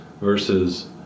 Versus